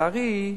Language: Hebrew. לצערי,